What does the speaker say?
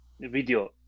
video